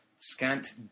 Scant